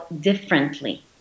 differently